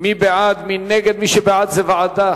שמונה בעד, אין מתנגדים ואין נמנעים.